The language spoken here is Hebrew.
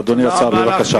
אדוני השר, בבקשה.